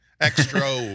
extra